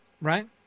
right